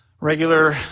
Regular